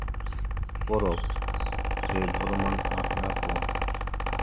ᱯᱚᱨᱚᱵᱽ ᱥᱮ ᱫᱷᱚᱨᱚᱢᱟᱱ ᱟᱠᱷᱲᱟ ᱠᱚ